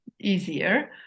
easier